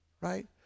Right